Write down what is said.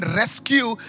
rescue